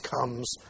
comes